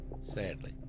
sadly